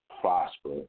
prosper